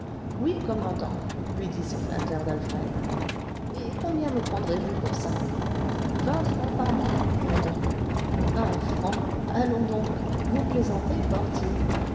oui commandant lui dit ce flatteur d'alfred et combien me prendrez-vous pour ça vingt francs par moi commandant vingt francs allons donc vous plaisantez portier